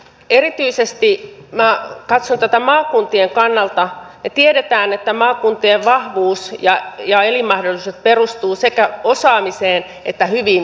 erityisesti minä katson tätä maakuntien kannalta kun tiedetään että maakuntien vahvuus ja elinmahdollisuudet perustuvat sekä osaamiseen että hyviin yhteyksiin